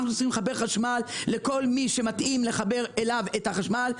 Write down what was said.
אנחנו צריכים לחבר חשמל לכל מי שמתאים לחבר אליו את החשמל,